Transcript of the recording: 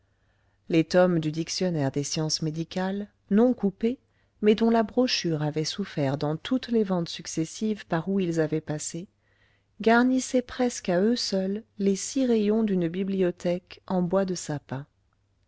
les tomes du dictionnaire des sciences médicales non coupés mais dont la brochure avait souffert dans toutes les ventes successives par où ils avaient passé garnissaient presque à eux seuls les six rayons d'une bibliothèque en bois de sapin